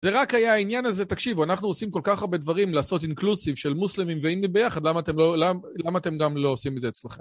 זה רק היה העניין הזה, תקשיבו, אנחנו עושים כל כך הרבה דברים לעשות אינקלוסיב של מוסלמים ואינדים ביחד, למה אתם גם לא עושים את זה אצלכם?